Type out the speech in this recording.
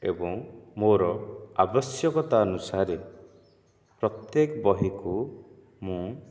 ଏବଂ ମୋର ଆବଶ୍ୟକତା ଅନୁସାରେ ପ୍ରତ୍ୟେକ ବହିକୁ ମୁଁ